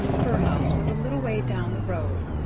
her house was a little way down the road,